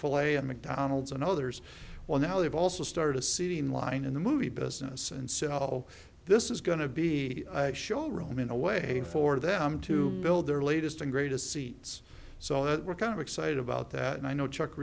a and mcdonald's and others well now they've also started a seeding line in the movie business and so all this is going to be showroom in a way for them to build their latest and greatest seeds so that we're kind of excited about that and i know chuck